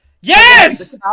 Yes